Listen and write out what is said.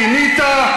אז הפריחה המדינית,